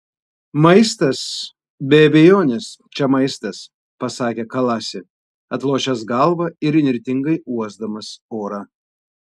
maistas be abejonės čia maistas pasakė kalasi atlošęs galvą ir įnirtingai uosdamas orą